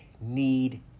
need